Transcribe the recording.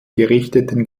gerichteten